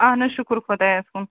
اَہَن حظ شُکر خۄدایَس کُن